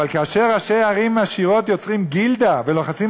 אבל כאשר ראשי ערים עשירות יוצרים גילדה ולוחצים